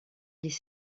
les